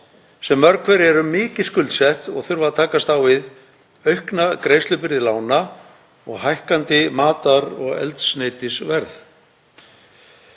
sem mörg hver eru mikið skuldsett og þurfa að takast á við aukna greiðslubyrði lána og hækkandi matar- og eldsneytisverð.